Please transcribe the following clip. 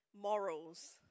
morals